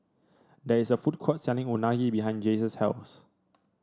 there is a food court selling Unagi behind Jace's house